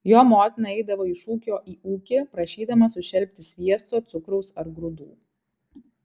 jo motina eidavo iš ūkio į ūkį prašydama sušelpti sviesto cukraus ar grūdų